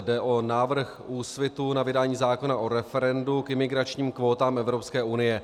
Jde o návrh Úsvitu na vydání zákona o referendu k imigračním kvótám Evropské unie.